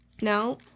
no